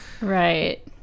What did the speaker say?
Right